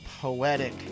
poetic